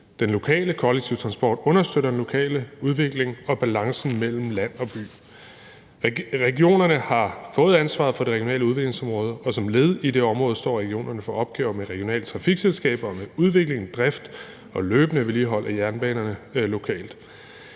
Den lokale kollektive transport understøtter den lokale udvikling og balancen mellem land og by. Regionerne har fået ansvaret for det regionale udviklingsområde, og som led i det område står regionerne for opgaver med regionale trafikselskaber, udvikling, drift og løbende vedligehold af jernbanerne lokalt.